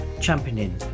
championing